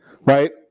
right